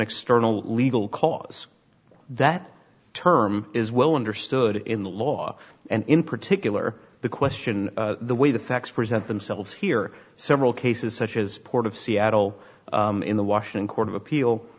external legal cause that term is well understood in the law and in particular the question the way the facts present themselves here several cases such as port of seattle in the wash and court of appeal